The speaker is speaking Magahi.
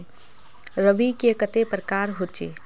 रवि के कते प्रकार होचे?